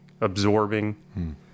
absorbing